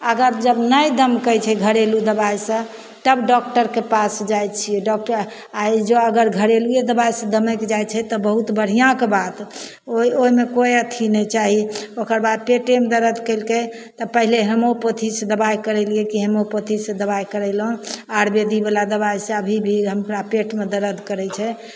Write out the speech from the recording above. अगर जब नहि दमकै छै घरेलू दवाइसँ तब डॉक्टरके पास जाइ छियै डॉक्टर आइ जँ अगर घरेलूवे दवाइसँ दमकि जाइ छै तऽ बहुत बढ़िआँ कऽ बात ओ ओइमे कोइ अथी नहि चाही ओकर बाद पेटेमे दर्द कयलकै तऽ पहिले होम्योपैथीसँ दवाइ करेलियै कि होम्योपेथीसँ दवाइ करैलहुँ आयुर्वेदीवला दवाइसँ अभी भी हमरा पेटमे दर्द करय छै